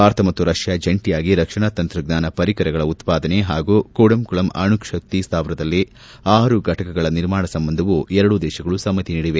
ಭಾರತ ಮತ್ತು ರಷ್ಯಾ ಜಂಟಿಯಾಗಿ ರಕ್ಷಣಾ ತಂತ್ರಜ್ಞಾನ ಪರಿಕರಗಳ ಉತ್ಪಾದನೆ ಹಾಗೂ ಕುಡಂಕುಳಂ ಅಣುಶಕ್ತಿ ಸ್ಥಾವರದಲ್ಲಿ ಆರು ಫಟಕಗಳ ನಿರ್ಮಾಣ ಸಂಬಂಧವೂ ಎರಡೂ ದೇಶಗಳು ಸಮ್ಹತಿ ನೀಡಿವೆ